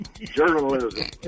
Journalism